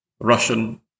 Russian